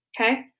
Okay